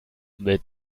mit